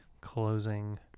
closing